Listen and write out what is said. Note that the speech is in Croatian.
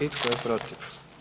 I tko je protiv?